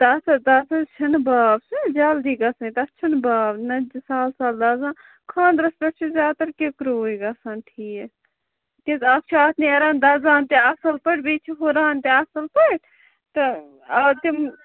تَتھ حظ تَتھ حظ چھِنہٕ باو سُہ چھُ جلدٕے گژھنےَ تَتھ چھُنہٕ باو نہَ سَہل سَہل دَزان خانٛدرس پٮ۪ٹھ چھُ زیادٕ تَر کِکرُوٕے گَژھان ٹھیٖک کیٛازِ اَکھ چھُ اَتھ نیران دَزان تہِ اَصٕل پٲٹھۍ بیٚیہِ چھُ ہُران تہِ اَصٕل پٲٹھۍ تہٕ آ تِم